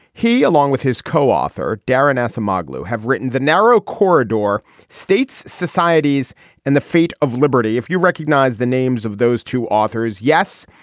he along with his co-author daron acemoglu have written the narrow corridor states societies and the feet of liberty if you recognize the names of those two authors yes.